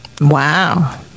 Wow